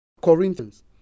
Corinthians